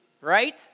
Right